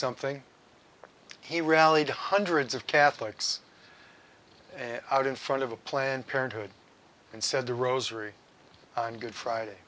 something he rallied hundreds of catholics out in front of a planned parenthood and said the rosary good friday